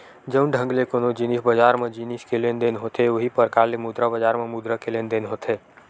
जउन ढंग ले कोनो जिनिस बजार म जिनिस के लेन देन होथे उहीं परकार ले मुद्रा बजार म मुद्रा के लेन देन होथे